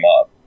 up